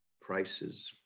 prices